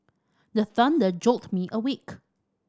the thunder jolt me awake